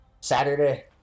Saturday